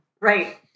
Right